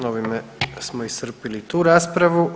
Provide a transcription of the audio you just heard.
Ovime smo iscrpili i tu raspravu.